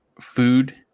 food